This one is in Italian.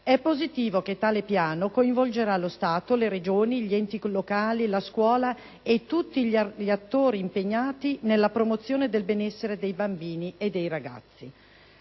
È positivo che tale Piano coinvolgerà lo Stato, le Regioni, gli enti locali, la scuola e tutti gli attori impegnati nella promozione del benessere dei bambini e dei ragazzi.